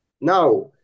Now